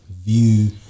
view